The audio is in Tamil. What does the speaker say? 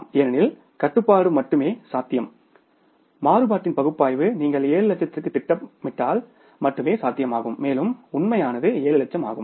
ஏனெனில் கட்டுப்பாடு மட்டுமே சாத்தியம் மாறுபாட்டின் பகுப்பாய்வு நீங்கள் 7 லட்சத்திற்குத் திட்டமிட்டால் மட்டுமே சாத்தியமாகும் மேலும் உண்மையானது 7 லட்சம் ஆகும்